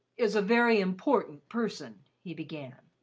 is a very important person, he began.